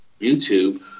YouTube